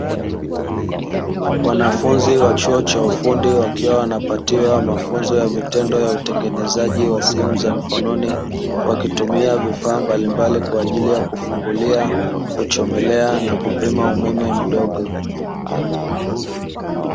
Wanafunzi wa chuo cha ufundi wakiwa wanapatiwa mafunzo ya vitendo ya utengenezaji wa simu za mkononi, wakitumia vifaa mbalimbali kwa ajili ya kufungulia, kuchomelea, na kupima umeme mdogo.